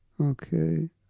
Okay